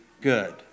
good